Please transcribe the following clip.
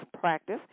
practice